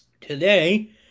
Today